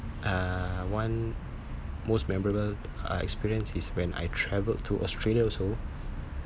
uh one most memorable uh experience is when I travelled to australia also